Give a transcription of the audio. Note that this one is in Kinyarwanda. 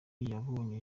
yabonye